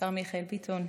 השר מיכאל ביטון,